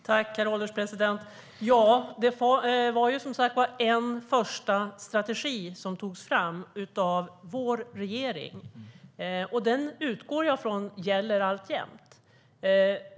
Herr ålderspresident! Det var som sagt en första strategi som togs fram av vår regering. Jag utgår från att den alltjämt gäller.